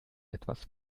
etwas